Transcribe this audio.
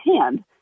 hand